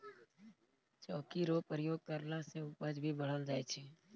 चौकी रो प्रयोग करला से उपज भी बढ़ी जाय छै